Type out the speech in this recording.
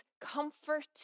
comfort